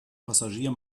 passagier